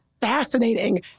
fascinating